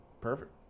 perfect